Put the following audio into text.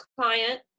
client